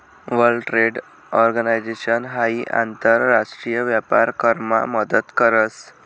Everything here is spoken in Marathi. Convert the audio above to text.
वर्ल्ड ट्रेड ऑर्गनाईजेशन हाई आंतर राष्ट्रीय व्यापार करामा मदत करस